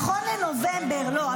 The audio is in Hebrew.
לא,